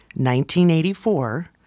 1984